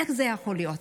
איך זה יכול להיות?